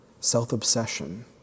self-obsession